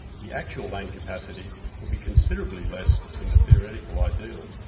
the actual lane capacity will be considerably less than the theoretical ideal.